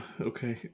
okay